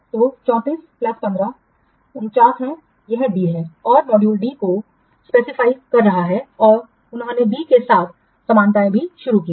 तो 34 प्लस 15 49 है यह डी है और मॉड्यूल डी को निर्दिष्ट कर रहा है और उन्होंने बी के साथ समानताएं भी शुरू की हैं